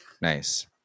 Nice